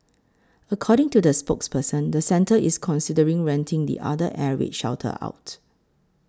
according to the spokesperson the centre is considering renting the other air raid shelter out